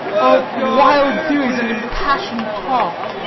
all wild theories and impassioned talk.